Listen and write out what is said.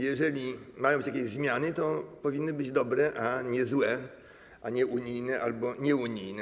Jeżeli mają być jakieś zmiany, to powinny być dobre, nie złe, a nie - unijne albo nieunijne.